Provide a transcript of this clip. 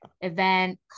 Event